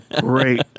Great